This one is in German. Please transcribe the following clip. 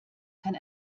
kann